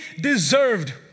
deserved